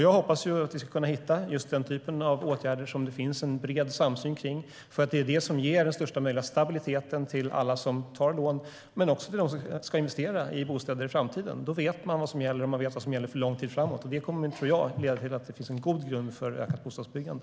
Jag hoppas att vi ska kunna hitta den typen av åtgärder som det finns en bred samsyn om, för det är det som ger den största möjliga stabiliteten till alla som tar lån men också till dem som ska investera i bostäder i framtiden. Då vet man vad som gäller för lång tid framåt, och det kommer att leda till en god grund för ökat bostadsbyggande.